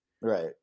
Right